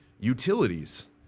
utilities